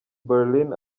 berlin